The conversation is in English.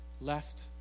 left